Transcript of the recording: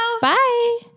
Bye